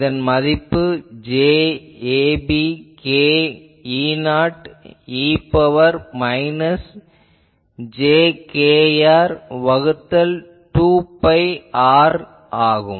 இதன் மதிப்பு j ab k E0 e ன் பவர் மைனஸ் j kr வகுத்தல் 2 பை r ஆகும்